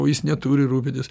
o jis neturi rūpintis